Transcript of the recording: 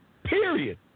Period